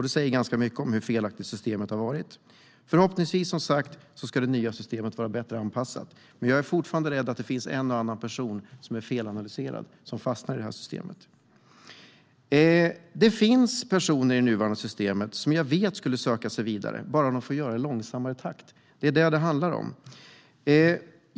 Det säger ganska mycket om hur felaktigt systemet har varit. Förhoppningsvis ska som sagt det nya systemet vara bättre anpassat. Men jag är fortfarande rädd att en och annan felanalyserad person kommer att fastna i detta system. Det finns personer i det nuvarande systemet som skulle söka sig vidare om de bara fick göra det i långsammare takt.